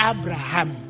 Abraham